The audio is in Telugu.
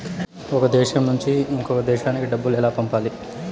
ఒక దేశం నుంచి ఇంకొక దేశానికి డబ్బులు ఎలా పంపాలి?